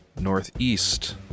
northeast